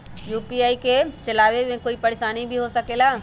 UPI के चलावे मे कोई परेशानी भी हो सकेला?